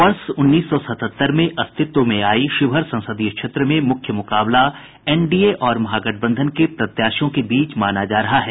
वर्ष उन्नीस सौ सतहत्तर में अस्तित्व में आयी शिवहर संसदीय क्षेत्र में मुख्य चुनावी मुकाबला एनडीए और महागठबंधन के प्रत्याशियों के बीच माना जा रहा है